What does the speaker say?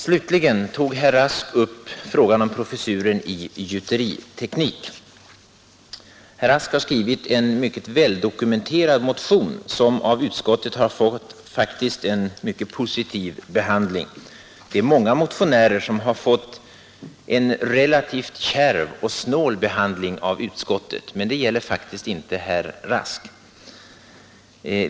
Herr Rask tog upp frågan om professuren i gjuteriteknik. Herr Rask har skrivit en mycket väldokumenterad motion som av utskottet faktiskt har fått en mycket positiv behandling. Många motionärer har fått en relativt kärv och snål behandling av utskottet men det gäller faktiskt inte herr Rask.